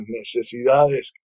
necesidades